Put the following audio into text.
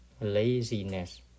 laziness